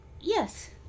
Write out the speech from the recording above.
yes